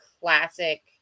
classic